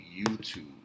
YouTube